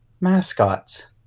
mascots